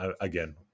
again